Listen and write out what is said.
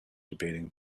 debating